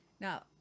Now